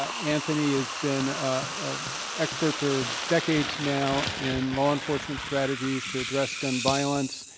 anthony has been ah expert for decades now in law enforcement strategies to address gun violence,